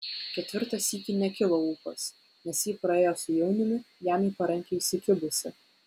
ketvirtą sykį nekilo ūpas nes ji praėjo su jauniumi jam į parankę įsikibusi